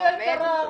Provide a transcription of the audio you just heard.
גברתי היקרה,